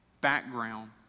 background